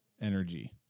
energy